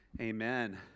Amen